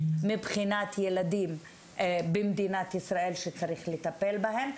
מבחינת ילדים במדינת ישראל שצריך לטפל בהם,